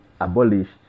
abolished